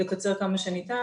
לא להאריך, אלא לקצר כמה שניתן.